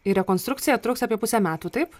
ir rekonstrukcija truks apie pusę metų taip